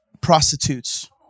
prostitutes